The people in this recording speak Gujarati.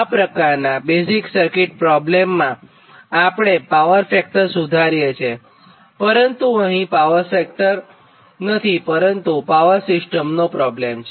આ પ્રકારનાં બેઝિક સર્કિટ પ્રોબ્લેમમાં આપણે પાવર ફેક્ટર સુધારીએ છીએપરંતુ અહીં પાવર સિસ્ટમનો પ્રોબ્લેમ છે